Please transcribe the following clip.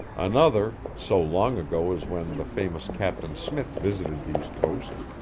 another, so long ago as when the famous captain smith visited these coasts,